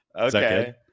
Okay